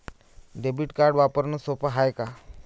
Debit card वापरणं सोप हाय का?